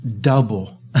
double